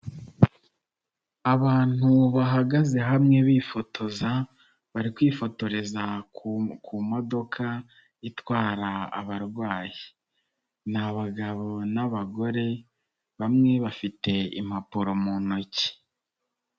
Abantu bahagaze hamwe bifotoza bari kwifotoreza ku modoka itwara abarwayi n'abagabo n'abagore bamwe bafite impapuro mu ntoki.